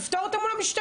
תפתור אותם מול המשטרה.